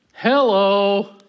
hello